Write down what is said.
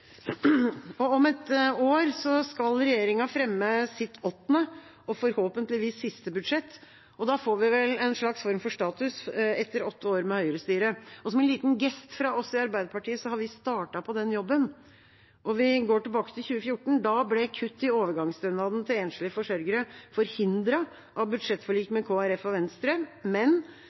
ordninger. Om et år skal regjeringa fremme sitt åttende, og forhåpentligvis siste, budsjett. Da får vi vel en slags form for status etter åtte år med høyrestyre. Som en liten gest fra oss i Arbeiderpartiet, har vi startet på den jobben. Vi går tilbake til 2014: Da ble kutt i overgangsstønaden til enslige forsørgere forhindret av budsjettforlik med Kristelig Folkeparti og Venstre, men